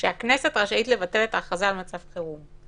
שהכנסת רשאית לבטל את ההכרזה על מצב חירום.